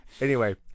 Anyway-